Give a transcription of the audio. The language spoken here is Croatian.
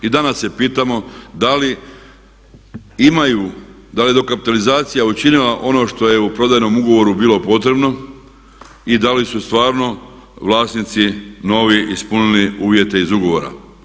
I danas se pitamo da li imaju, da li je dokapitalizacija učinila ono što je u prodajnom ugovoru bilo potrebno i da li su stvarno vlasnici novi ispunili uvjete iz ugovora.